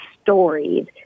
stories